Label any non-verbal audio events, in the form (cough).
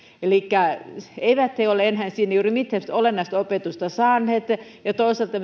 eivät he ole enää siinä juuri mitään semmoista olennaista opetusta saaneet ja toisaalta (unintelligible)